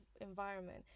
environment